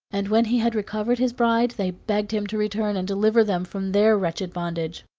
and when he had recovered his bride they begged him to return and deliver them from their wretched bondage.